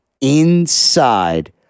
inside